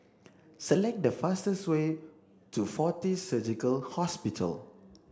select the fastest way to Fortis Surgical Hospital